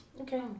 Okay